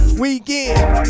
weekend